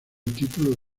título